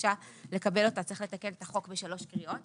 בקשה לקבל אותה צריך לתקן את החוק בשלוש קריאות,